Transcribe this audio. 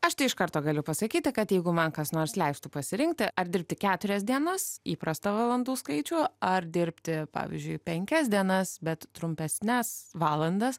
aš tai iš karto galiu pasakyti kad jeigu man kas nors leistų pasirinkti ar dirbti keturias dienas įprastą valandų skaičių ar dirbti pavyzdžiui penkias dienas bet trumpesnes valandas